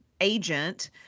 agent